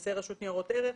בכנסי רשות ניירות ערך.